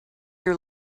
your